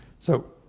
so,